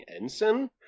Ensign—